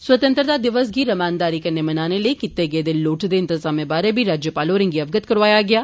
स्वतंत्रता दिवस गी रमानदारी कन्नै मनाने लेई कीते गेदे लोड़चदे इंतजामें बारै बी राजयपाल होरें गी अवगत करोआया गेआ